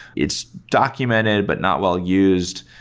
it's documented but not well used.